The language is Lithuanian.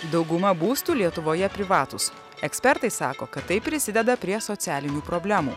dauguma būstų lietuvoje privatūs ekspertai sako kad tai prisideda prie socialinių problemų